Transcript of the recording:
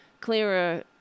clearer